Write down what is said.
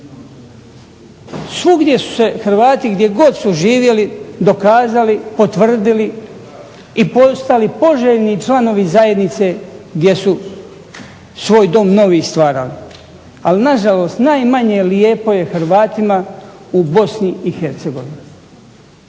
Svugdje su se Hrvati gdje god su živjeli pokazali, potvrdili i postali poželjni članovi zajednice gdje su svoj novi dom stvarali. Ali nažalost, najmanje lijepo je Hrvatima u BiH u njihovoj